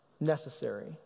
necessary